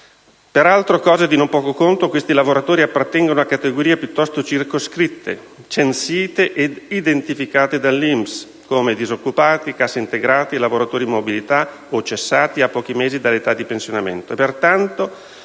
Peraltro, cosa di non poco conto, questi lavoratori appartengono a categorie piuttosto circoscritte, censite ed identificate dall'INPS (disoccupati, cassaintegrati, lavoratori in mobilità o cessati a pochi mesi dall'età di pensionamento),